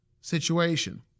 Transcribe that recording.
situation